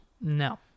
No